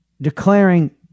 declaring